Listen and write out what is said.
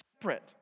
separate